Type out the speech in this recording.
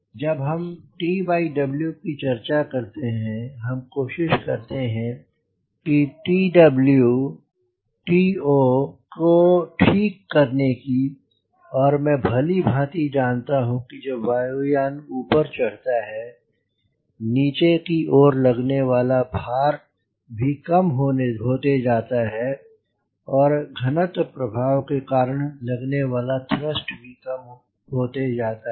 जब हम TW की चर्चा करते हैं हम कोशिश करते हैं TO को ठीक करने की और मैं भली भांति जनता हूँ कि जब वायु यान ऊपर चढ़ता है नीचे की ओर लगने वाला भर भी काम होते जाता है और घनत्व प्रभाव के कारण लगने वाला थ्रस्ट भी कम होते जाता है